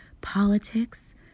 politics